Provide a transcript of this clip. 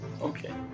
Okay